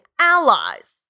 allies